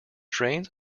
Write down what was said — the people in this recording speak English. drains